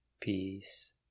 peace